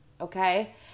okay